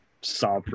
Saw